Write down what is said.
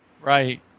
Right